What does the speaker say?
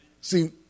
See